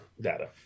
data